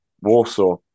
Warsaw